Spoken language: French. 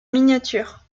miniature